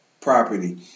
property